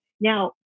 Now